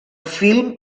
film